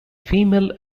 female